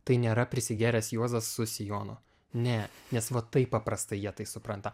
tai nėra prisigėręs juozas su sijonu ne nes va taip paprastai jie tai supranta